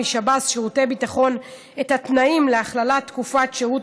משב"ס ומשירותי הביטחון את התנאים להכללת תקופת שירות